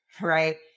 right